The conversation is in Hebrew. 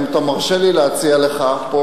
אם אתה מרשה לי להציע לך פה,